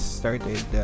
started